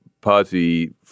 Party